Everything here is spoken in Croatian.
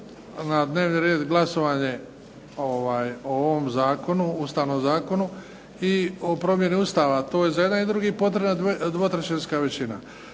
na dnevni red glasovanje o ovom zakonu, ustavnom zakonu i o promjeni Ustava, to je za jedan i drugi potrebna dvotrećinska većina.